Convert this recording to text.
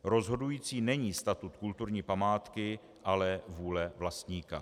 Rozhodující není statut kulturní památky, ale vůle vlastníka.